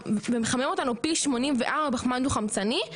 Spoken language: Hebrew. ומחמם אותנו פי 84 בפחמן דו חמצני,